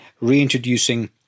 reintroducing